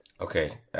Okay